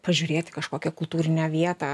pažiūrėti kažkokią kultūrinę vietą